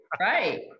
right